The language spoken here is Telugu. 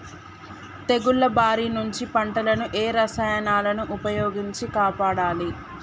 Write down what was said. తెగుళ్ల బారి నుంచి పంటలను ఏ రసాయనాలను ఉపయోగించి కాపాడాలి?